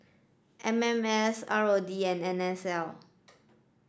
M M S R O D and N S L